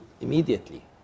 immediately